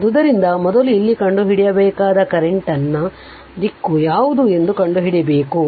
ಆದ್ದರಿಂದ ಮೊದಲು ಇಲ್ಲಿ ಕಂಡುಹಿಡಿಯಬೇಕಾದ ಕರೆಂಟ್ ನ ಈ ದಿಕ್ಕು ಯಾವುದು ಎಂದು ಕಂಡುಹಿಡಿಯಬೇಕು